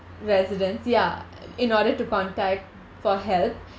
residents ya in order to contact for help